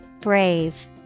Brave